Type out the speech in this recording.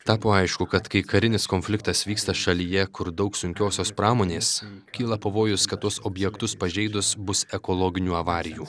tapo aišku kad kai karinis konfliktas vyksta šalyje kur daug sunkiosios pramonės kyla pavojus kad tuos objektus pažeidus bus ekologinių avarijų